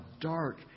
dark